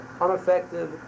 unaffected